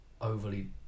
overly